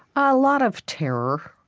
a lot of terror.